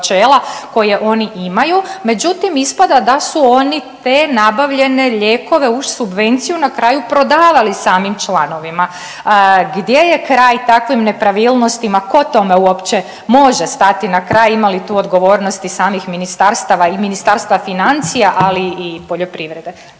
koje oni imaju, međutim ispada da su oni te nabavljene lijekove uz subvenciju na kraju prodavali samim članovima. Gdje je kraj takvim nepravilnostima, ko tome uopće može stati na kraj, ima li tu odgovornosti samih ministarstava i Ministarstva financija, ali i poljoprivrede?